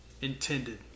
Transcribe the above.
intended